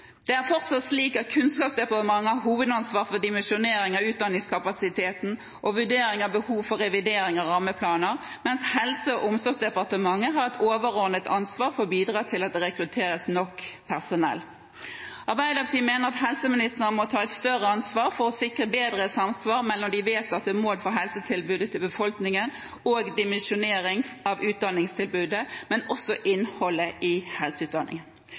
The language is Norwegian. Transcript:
Det er fortsatt slik at Kunnskapsdepartementet har hovedansvaret for dimensjonering av utdanningskapasiteten og vurdering av behovet for revidering av rammeplaner, mens Helse- og omsorgsdepartementet har et overordnet ansvar for å bidra til at det rekrutteres nok personell. Arbeiderpartiet mener helseministeren må ta et større ansvar for å sikre bedre samsvar mellom de vedtatte mål for helsetilbudet til befolkningen og dimensjonering av utdanningstilbudet, men også for innholdet i helseutdanningen.